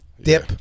dip